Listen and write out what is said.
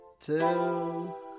till